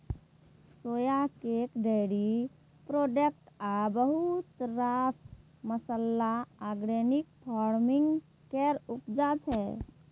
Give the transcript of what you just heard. सोया cake, dairy product आ बहुत रास मसल्ला आर्गेनिक फार्मिंग केर उपजा छै